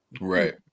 right